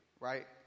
right